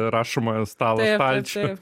rašomojo stalo stalčių